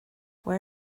where